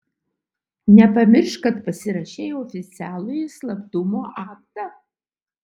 nepamiršk kad pasirašei oficialųjį slaptumo aktą